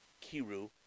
Kiru